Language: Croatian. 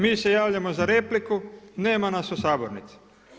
Mi se javljamo za repliku nema nas u sabornici.